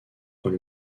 dans